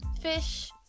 fish